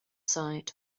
side